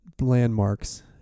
landmarks